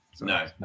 No